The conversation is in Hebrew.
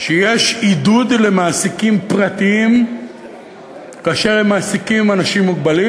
שיש עידוד למעסיקים פרטיים כאשר הם מעסיקים אנשים מוגבלים,